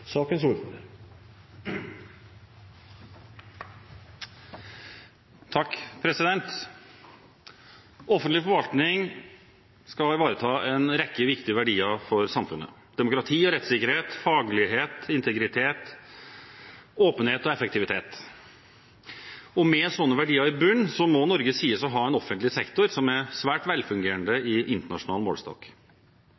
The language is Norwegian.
Offentlig forvaltning skal ivareta en rekke viktige verdier for samfunnet: demokrati og rettssikkerhet, faglighet, integritet, åpenhet og effektivitet. Med sånne verdier i bunnen må Norge sies å ha en offentlig sektor som er svært velfungerende